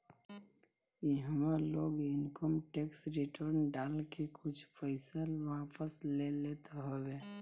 इहवा लोग income tax return डाल के कुछ पईसा वापस ले लेत हवे